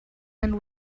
end